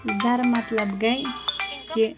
زَرٕ مطلب گٔے یہِ